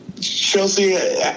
Chelsea